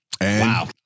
Wow